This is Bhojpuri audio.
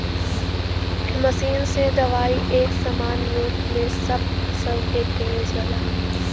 मशीन से दवाई एक समान रूप में सब फसल पे पड़ जाला